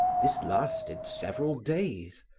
this lasted several days.